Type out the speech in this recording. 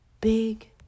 big